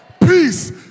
peace